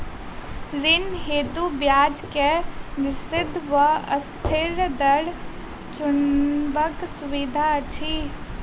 ऋण हेतु ब्याज केँ निश्चित वा अस्थिर दर चुनबाक सुविधा अछि